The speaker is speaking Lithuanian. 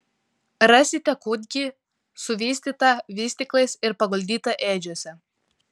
rasite kūdikį suvystytą vystyklais ir paguldytą ėdžiose